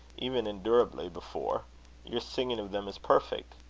even endurably, before your singing of them is perfect.